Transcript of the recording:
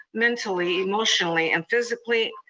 mentally, emotionally, and physically,